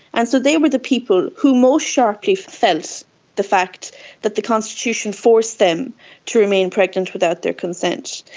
and so they were the people who most sharply felt the fact that the constitution forced them to remain pregnant without their consent.